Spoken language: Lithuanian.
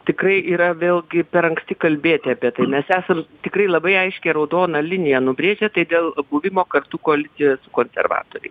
tikrai yra vėlgi per anksti kalbėti apie tai mes esam tikrai labai aiškią raudoną liniją nubrėžę tai dėl buvimo kartu koalicijoje konservatoriai